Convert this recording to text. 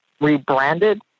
rebranded